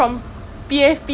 oh ya